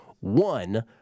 One